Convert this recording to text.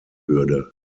würde